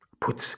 puts